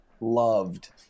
loved